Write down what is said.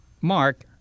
Mark